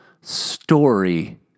story